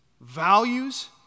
values